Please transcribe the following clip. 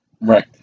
Right